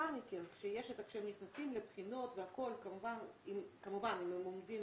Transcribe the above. לאחר מכן כשהם נכנסים לבחינות, כמובן אם הם עומדים